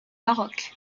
maroc